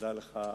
תודה לך,